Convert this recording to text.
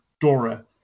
Dora